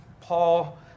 Paul